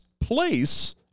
place